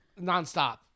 nonstop